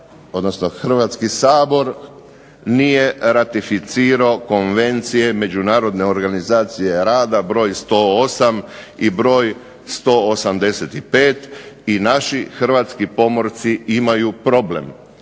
Hrvatski sabor nije ratificirao konvencije Međunarodne organizacije rada broj 108 i broj 185 i naši hrvatski pomorci imaju problem.